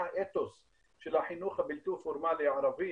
מה האתוס של החינוך הבלתי פורמלי הערבי,